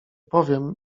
powiem